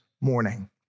morning